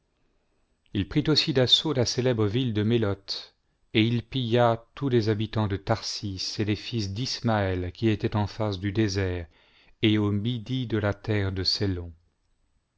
il prit aussi d'assaut la célèbre ville de mélothe et il pilla tous les habitants de tharsis et les fils d'israaël qui étaient en face du désert et au midi de la terre de